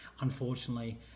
Unfortunately